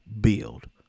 build